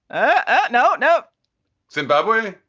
ah no. no zimbabwe.